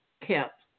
kept